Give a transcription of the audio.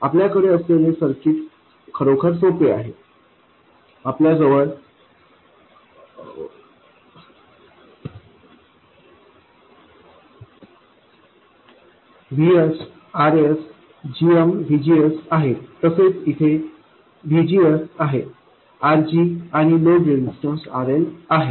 आपल्याकडे असलेले सर्किट खरोखर सोपे आहे आपल्या जवळ Vs Rs gm VGS आहेत तसेच इथे VGS आहे RG आणि लोड रेजिस्टन्स RL आहे